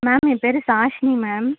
ma'am என் பேர் Sashini ma'am